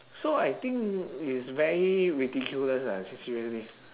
so I think it's very ridiculous ah s~ seriously